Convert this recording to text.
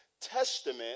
Testament